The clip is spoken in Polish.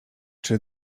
czy